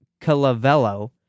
Calavello